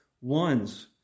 ones